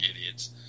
idiots